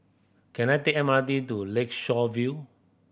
can I take the M R T to Lakeshore View